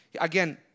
again